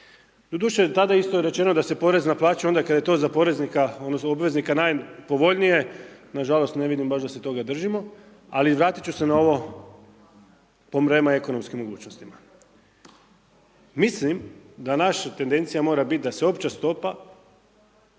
Doduše, tada je isto rečeno da porez naplaćuje onda kad je to za poreznika odnosno obveznika najpovoljnije. Nažalost, ne vidim baš da se toga držimo. Ali vratit ću se na ovo .../Govornik se ne razumije./... ekonomskim mogućnostima. Mislim da naša tendencija mora biti da se opća stopa